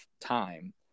time